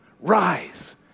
Rise